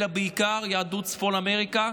אלא בעיקר יהדות צפון אמריקה,